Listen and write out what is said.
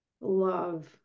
love